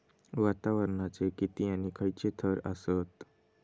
वातावरणाचे किती आणि खैयचे थर आसत?